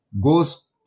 goes